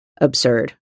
absurd